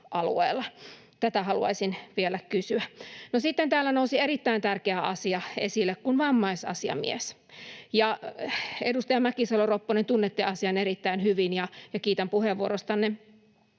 Tätä haluaisin vielä kysyä. No, sitten täällä nousi erittäin tärkeä asia esille, vammaisasiamies. Edustaja Mäkisalo-Ropponen, tunnette asian erittäin hyvin, ja kiitän puheenvuorostanne.